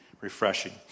refreshing